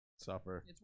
Suffer